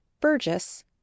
Burgess